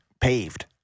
paved